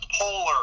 polar